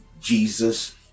Jesus